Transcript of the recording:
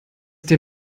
der